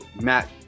Matt